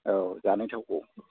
औ जानाय थावखौ